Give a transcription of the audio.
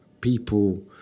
people